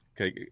Okay